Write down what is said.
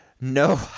no